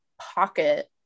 pocket